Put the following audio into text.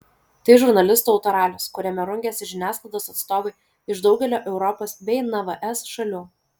tai žurnalistų autoralis kuriame rungiasi žiniasklaidos atstovai iš daugelio europos bei nvs šalių